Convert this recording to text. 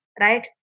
right